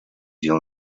дел